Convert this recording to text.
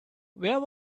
where